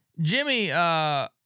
Jimmy